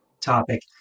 topic